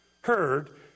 heard